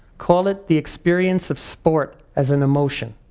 call it the experience of sport as an emotion.